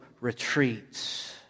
retreats